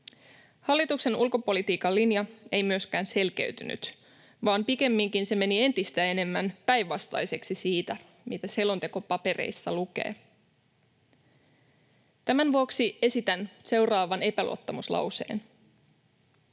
Hallituksen ulkopolitiikan linja ei myöskään selkeytynyt, vaan pikemminkin se meni entistä enemmän päinvastaiseksi siitä, mitä selontekopapereissa lukee. Tämän vuoksi esitän seuraavan epäluottamuslauseen: